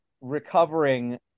recovering